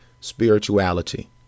spirituality